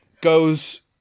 goes